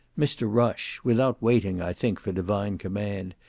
mr. rush, without waiting, i think, for divine command,